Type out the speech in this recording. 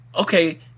okay